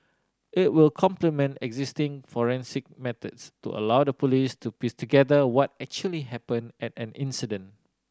it will complement existing forensic methods to allow the Police to piece together what actually happened at an incident